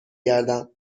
گردم